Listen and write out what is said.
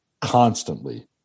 constantly